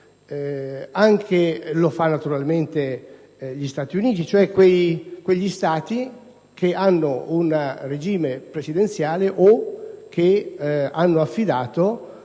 e lo fanno naturalmente gli Stati Uniti, cioè quegli Stati che hanno un regime presidenziale o che hanno affidato